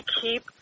keep